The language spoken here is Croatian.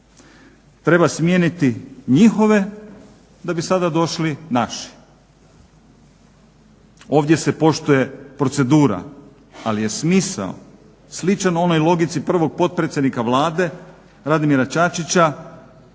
Treba smijeniti njihove da bi sada došli naši. Ovdje se poštuje procedura, ali je smisao sličan onoj logici prvog potpredsjednika Vlade Radimira Čačića,